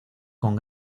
con